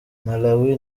malawi